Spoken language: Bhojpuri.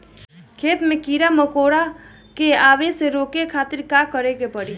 खेत मे कीड़ा मकोरा के आवे से रोके खातिर का करे के पड़ी?